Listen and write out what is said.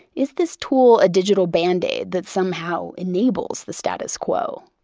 is this tool a digital bandaid that somehow enables the status quo?